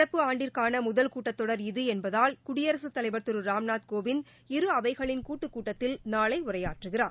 நடப்பு ஆண்டிற்கான முதல் கூட்டத்தொடர் இது என்பதால் குடியரசுத் தலைவர் திரு ராம்நாத் கோவிந்த் இரு அவைகளின் கூட்டுக் கூட்டத்தில் நாளை உரையாற்றுகிறார்